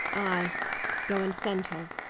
ay go and send her.